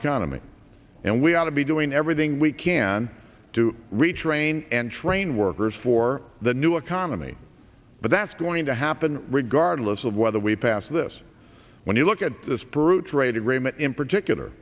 economy and we ought to be doing everything we can to retrain and train workers for the new economy but that's going to happen regardless of whether we pass this when you look at this proof rate agreement in particular